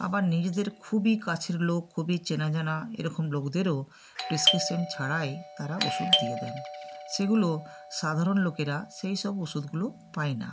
আবার নিজেদের খুবই কাছের লোক খুবই চেনা জানা এরকম লোকদেরও প্রেসক্রিপশান ছাড়াই তারা ওষুধ দিয়ে দেন সেগুলো সাধারণ লোকেরা সেইসব ওষুধগুলো পায় না